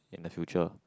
in the future